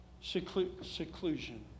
seclusion